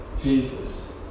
Jesus